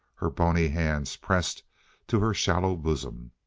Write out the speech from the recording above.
her bony hands pressed to her shallow bosom.